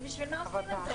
אז בשביל מה החוק הזה?